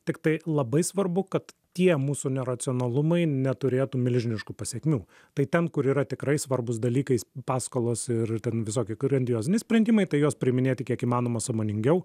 tiktai labai svarbu kad tie mūsų neracionalumai neturėtų milžiniškų pasekmių tai ten kur yra tikrai svarbūs dalykais paskolos ir ten visokie grandioziniai sprendimai tai juos priiminėti kiek įmanoma sąmoningiau